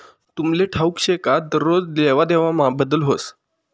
तुमले ठाऊक शे का दरोज लेवादेवामा बदल व्हस